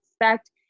expect